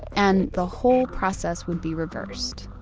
and the whole process would be reversed